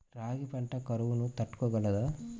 రాగి పంట కరువును తట్టుకోగలదా?